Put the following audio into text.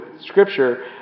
Scripture